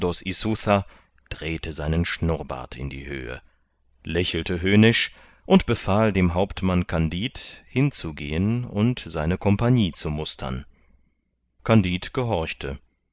drehte seinen schnurrbart in die höhe lächelte höhnisch und befahl dem hauptmann kandid hinzugehen und seine compagnie zu mustern kandid gehorchte